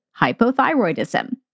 hypothyroidism